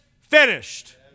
finished